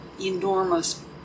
enormous